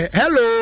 hello